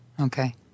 Okay